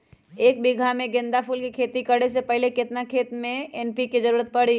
एक बीघा में गेंदा फूल के खेती करे से पहले केतना खेत में केतना एन.पी.के के जरूरत परी?